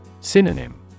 Synonym